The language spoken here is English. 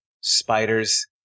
spiders